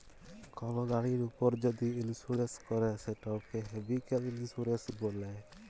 call গাড়ির উপর যদি ইলসুরেলস ক্যরে সেটকে ভেহিক্যাল ইলসুরেলস ব্যলে